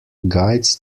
guides